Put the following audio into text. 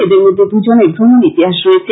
এদের মধ্যে দু জনের ভ্রমন ইতিহাস রয়েছে